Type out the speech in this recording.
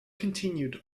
continued